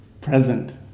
present